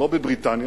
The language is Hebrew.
לא בבריטניה